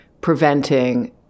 preventing